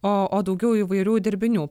o daugiau įvairių dirbinių